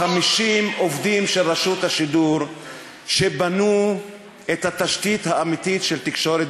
650 עובדים של רשות השידור שבנו את התשתית האמיתית של תקשורת